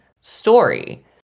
story